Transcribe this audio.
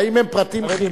האם הם פרטים חיוניים?